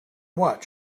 watch